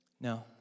No